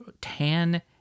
tan